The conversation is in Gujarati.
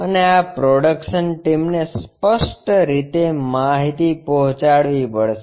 અને આ પ્રોડક્શન ટીમને સ્પષ્ટ રીતે માહિતી પહોંચાડવી પડશે